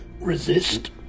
resist